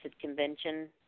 convention